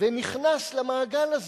למעגל הזה,